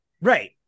Right